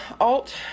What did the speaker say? Alt